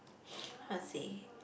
how to say